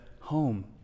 home